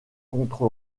contre